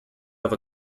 have